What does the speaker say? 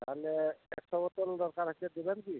তাহলে একশো বোতল দরকার আছে দিবেন কি